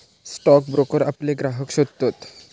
stock broker आपले ग्राहक शोधतत